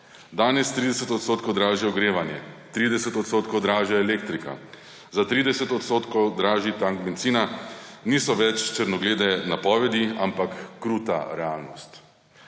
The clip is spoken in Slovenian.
Danes 30 % dražje ogrevanje, 30 % dražja elektrika, za 30 % dražji tank bencina niso več črnoglede napovedi, ampak kruta realnost.